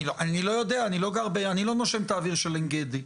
אני לא יודע, אני לא נושם את האוויר של עין גדי.